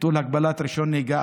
ביטול הגבלת רישיון נהיגה.